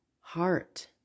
heart